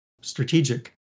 strategic